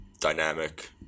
dynamic –